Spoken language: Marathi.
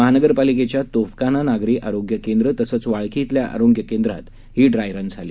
महानगरपालिकेच्या तोफखाना नागरी आरोग्य केंद्र तसंच वाळकी ध्विल्या आरोग्य केंद्रात ही ड्रायरन झाली